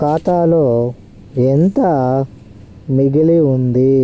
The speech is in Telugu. ఖాతాలో ఎంత మిగిలి ఉంది